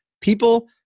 people